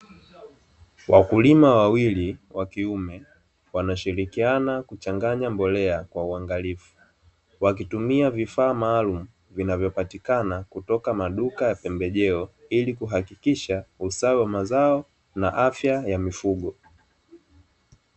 Wakulima wawili wa kiume wanashirikiana kuchanganya mbolea kwa uangalifu, wakitumia vifaa maalumu vinavyopatikana kutoka maduka ya pembejeo, ili kuhakikisha usawa wa mazao na afya na mifugo.